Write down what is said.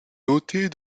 notés